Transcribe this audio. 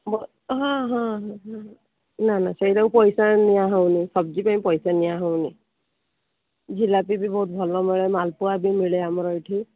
ମୋ ହଁ ହଁ ହଁ ନାଁ ନାଁ ସେଇଟାକୁ ପଇସା ନିଆ ହେଉନାହିଁ ସବଜି ପାଇଁ ପଇସା ନିଆ ହେଉନାହିଁ ଜିଲାପି ବି ବହୁତ ଭଲ ମିଳେ ମାଲପୁଆ ବି ମିଳେ ଆମର ଏଇଠି